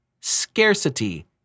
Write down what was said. scarcity